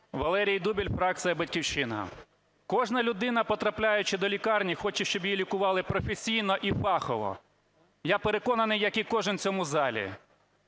Валерій Дубіль, фракція "Батьківщина". Кожна людина, потрапляючи до лікарні, хоче, щоб її лікували професійно і фахово. Я переконаний, як і кожен в цьому залі.